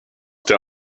der